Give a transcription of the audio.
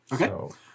Okay